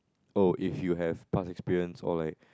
oh if you have past experience or like